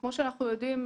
כמו שאנחנו יודעים,